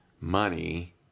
money